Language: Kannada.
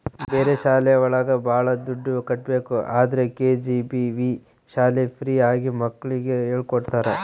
ಬೇರೆ ಶಾಲೆ ಒಳಗ ಭಾಳ ದುಡ್ಡು ಕಟ್ಬೇಕು ಆದ್ರೆ ಕೆ.ಜಿ.ಬಿ.ವಿ ಶಾಲೆ ಫ್ರೀ ಆಗಿ ಮಕ್ಳಿಗೆ ಹೇಳ್ಕೊಡ್ತರ